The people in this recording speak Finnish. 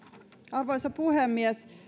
arvoisa puhemies